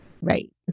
Right